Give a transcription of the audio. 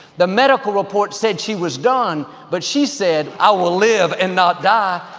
the medical report said she was done, but she said, i will live and not die.